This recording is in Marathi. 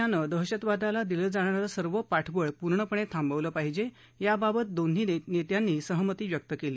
संबंधित देशानं दहशतवादाला दिलं जाणारं सर्व पाठबळ पूर्णपणे थांबवलं पाहिजे याबाबत दोन्ही नेत्यांनी सहमती व्यक्त केली